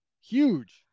huge